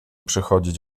przychodzić